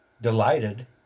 Delighted